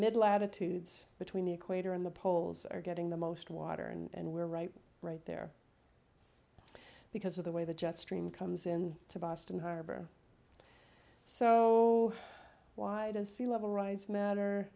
mid latitudes between the equator and the poles are getting the most water and we're right right there because of the way the jet stream comes in to boston harbor so wide as sea level rise matter